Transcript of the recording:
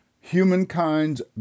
humankind's